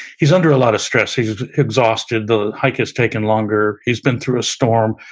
he's under a lot of stress, he's exhausted, the hike has taken longer, he's been through a storm,